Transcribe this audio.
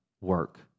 work